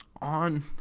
on